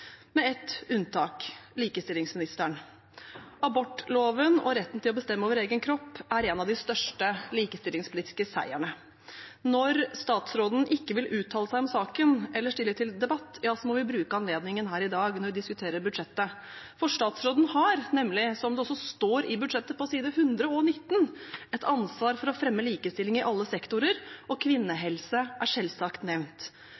med ett unntak: likestillingsministeren. Abortloven og retten til å bestemme over egen kropp er en av de største likestillingspolitiske seierne. Når statsråden ikke vil uttale seg om saken eller stille til debatt, må vi bruke anledningen her i dag når vi diskuterer budsjettet. For statsråden har nemlig, som det også står i budsjettproposisjonen på side 119, et ansvar for å fremme likestilling i alle sektorer, og kvinnehelse er selvsagt nevnt.